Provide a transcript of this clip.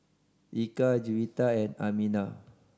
Eka Juwita and Aminah